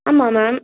ஆமாம் மேம்